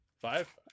five